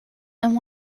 and